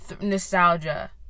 nostalgia